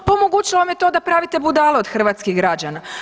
Pa omogućilo vam je to da pravite budale od hrvatskih građana.